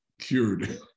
cured